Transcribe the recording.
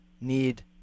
need